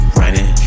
running